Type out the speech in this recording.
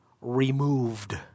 removed